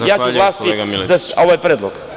Ja ću glasati za ovaj predlog.